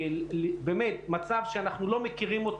באמת, מצב שאנחנו לא מכירים אותו.